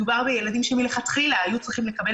מדובר בילדים שמלכתחילה היו צריכים לקבל